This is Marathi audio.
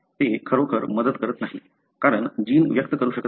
ते खरोखर मदत करत नाही कारण जीन व्यक्त करू शकत नाही